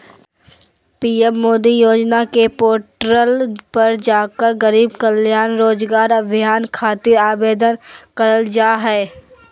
PM Modi योजना के portal पर जाकर गरीब कल्याण रोजगार अभियान खातिर आवेदन करल जा हय